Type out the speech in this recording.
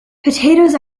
potatoes